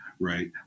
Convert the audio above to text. right